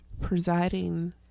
presiding